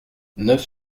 neuf